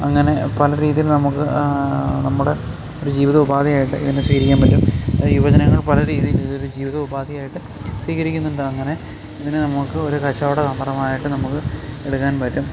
അങ്ങനെ പല രീതിയിൽ നമുക്ക് നമ്മുടെ ജീവിതോപാധിയായിട്ട് ഇതിനെ സ്വീകരിക്കാൻ പറ്റും യുവജനങ്ങൾ പലരീതിയിൽ ജീവിതോപാധിയായിട്ട് സ്വീകരിക്കുന്നുണ്ട് അങ്ങനെ ഇതിനെ നമുക്ക് ഒരു കച്ചവട തന്ത്രമായിട്ട് നമുക്ക് എടുക്കാൻ പറ്റും